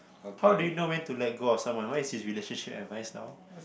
how do you know when to let go of someone what is his relationship advice now